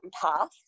path